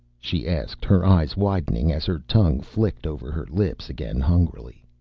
she asked, her eyes widening as her tongue flicked over her lips again hungrily.